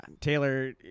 Taylor